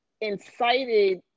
incited